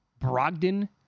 Brogdon